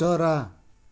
चरा